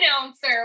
announcer